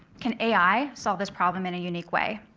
can ai solve this problem in a unique way?